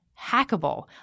Hackable